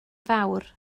fawr